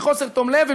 הן חוסר תום לב,